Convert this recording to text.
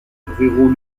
ruraux